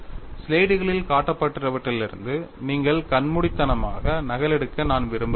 ஸ்லைடுகளில் காட்டப்பட்டுள்ளவற்றிலிருந்து நீங்கள் கண்மூடித்தனமாக நகலெடுக்க நான் விரும்பவில்லை